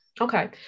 Okay